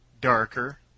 darker